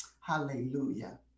Hallelujah